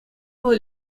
вӑл